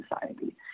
society